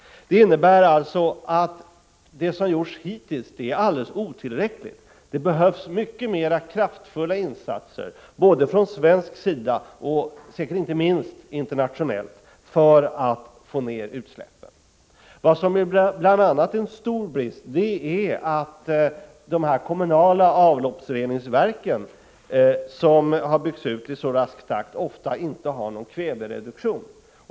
Det innebär att det som har gjorts hittills är alldeles otillräckligt. Det behövs mycket mera kraftfulla insatser från svensk sida och inte minst internationellt för att få ner utsläppen. Något som är en stor brist är att de kommunala avloppsreningsverken, som har byggts ut i så rask takt, ofta inte har någon kvävereduktion.